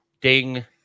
Ding